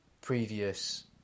previous